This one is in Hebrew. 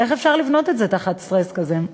איך אפשר לבנות את זה תחת סטרס כזה?